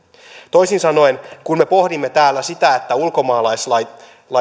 toisin sanoen kun me pohdimme täällä sitä että ulkomaalaislait